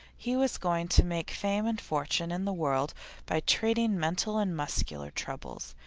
he was going to make fame and fortune in the world by treating mental and muscular troubles.